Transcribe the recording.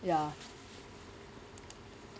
ya